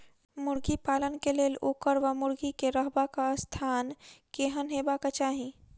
मुर्गी पालन केँ लेल ओकर वा मुर्गी केँ रहबाक स्थान केहन हेबाक चाहि?